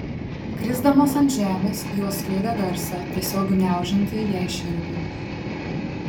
krisdamos ant žemės jos skleidė garsą tiesiog gniaužiantį jai širdį